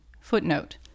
Footnote